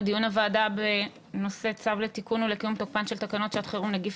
את דיון הוועדה בנושא צו לתיקון ולקיום תוקפן של שעת חירום (נגיף